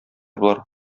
болар